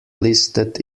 listed